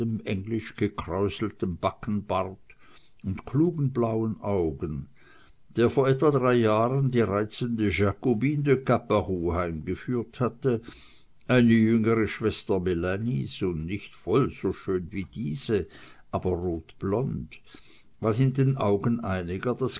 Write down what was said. gekräuseltem backenbart und klugen blauen augen der vor etwa drei jahren die reizende jacobine de caparoux heimgeführt hatte eine jüngere schwester melanies und nicht voll so schön wie diese aber rotblond was in den augen einiger